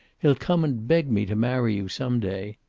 he'll come and beg me to marry you, some day.